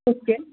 okay